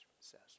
says